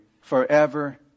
forever